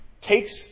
takes